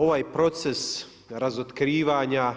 Ovaj proces razotkrivanja,